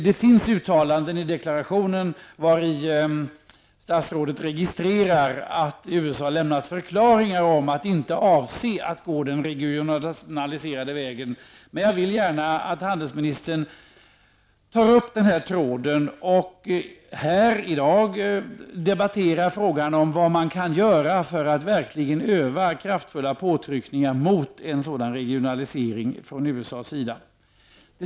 Det finns uttalanden i deklarationen vari statsrådet registrerar att USA lämnat förklaringar om att man inte avser att gå den regionaliserade vägen. Jag vill gärna att handelsministern tar upp denna tråd och här i dag debatterar frågan om vad man kan göra för att verkligen utöva kraftfulla påtryckningar mot en sådan regionalisering från USAs sida.